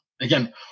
Again